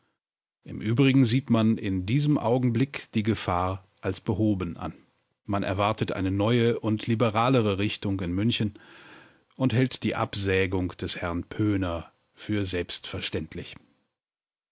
im übrigen sieht man in diesem augenblick die gefahr als behoben an man erwartet eine neue und liberalere richtung in münchen und hält die absägung des herrn pöhner für selbstverständlich